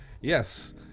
Yes